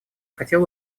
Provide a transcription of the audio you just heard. хотел